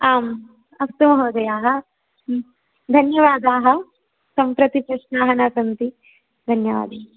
आम् अस्तु महोदयाः धन्यवादाः सम्प्रति प्रश्नाः न सन्ति धन्यवादाः